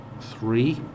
three